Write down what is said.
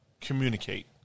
Communicate